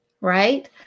right